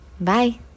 Bye